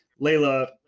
Layla